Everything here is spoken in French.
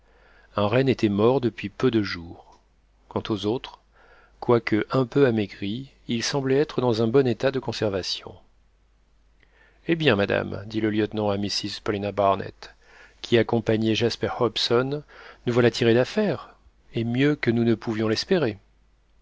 un renne était mort depuis peu de jours quant aux autres quoique un peu amaigris ils semblaient être dans un bon état de conservation eh bien madame dit le lieutenant à mrs paulina barnett qui accompagnait jasper hobson nous voilà tirés d'affaire et mieux que nous ne pouvions l'espérer